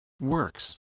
works